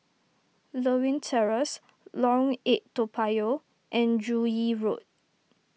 Lewin Terrace Lorong eight Toa Payoh and Joo Yee Road